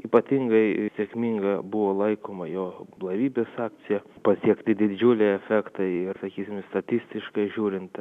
ypatingai sėkminga buvo laikoma jo blaivybės akcija pasiekti didžiuliai efektai ir sakysime statistiškai žiūrint